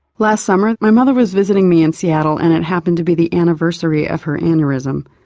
last summer my mother was visiting me in seattle and it happened to be the anniversary of her aneurysm.